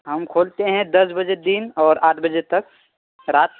ہم کھولتے ہیں دس بجے دن اور آٹھ بجے تک رات